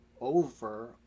over